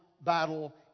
battle